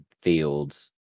Fields